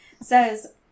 says